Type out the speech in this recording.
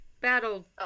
battle